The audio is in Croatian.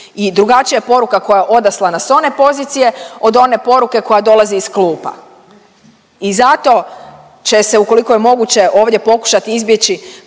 i drugačija je poruka koja je odaslana s one pozicije od one poruke koja dolazi iz klupa. I zato će se ukoliko je moguće ovdje pokušati izbjeći